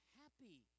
happy